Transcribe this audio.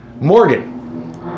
Morgan